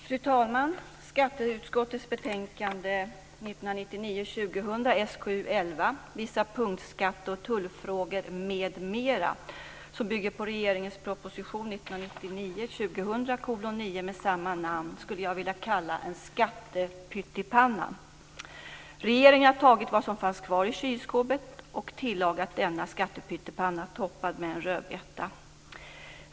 Fru talman! Skatteutskottets betänkande 1999/2000:9 med samma namn, skulle jag vilja kalla en skattepyttipanna. Regeringen har tagit vad som fanns kvar i kylskåpet och tillagat denna skattepyttipanna toppad med en rödbeta.